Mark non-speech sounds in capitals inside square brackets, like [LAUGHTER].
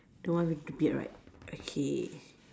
the one with the beard right okay [BREATH]